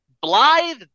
Blythe